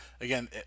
again